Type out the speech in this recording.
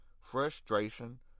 frustration